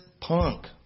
punk